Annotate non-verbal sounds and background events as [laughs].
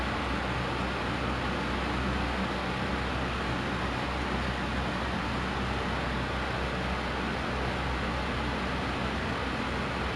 then she was like [laughs] what you doing [breath] then I say I stretching then she like judging me but I'm like it's okay fam doing this for my own benefit